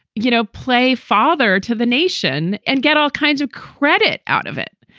you know, play father to the nation and get all kinds of credit out of it,